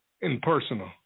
impersonal